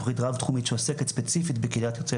תוכנית רב-תחומית שעוסקת ספציפית בקהילת יוצאי